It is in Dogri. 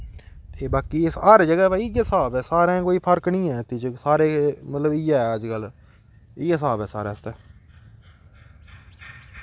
ते बाकी हर जगह् भाई इ'यै स्हाब ऐ सारें कोई फर्क नी ऐ इत्त च सारे मतलब इ'यै अज्जकल इ'यै स्हाब ऐ सारें आस्तै